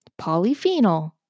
polyphenol